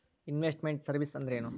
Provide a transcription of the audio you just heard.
Invest made services ಅಂದ್ರೇನು?